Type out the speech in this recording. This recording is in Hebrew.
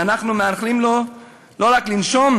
ואנחנו מאחלים לו לא רק לנשום,